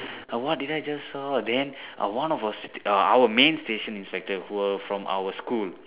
what did I just saw then uh one of uh our main station inspector who were from our school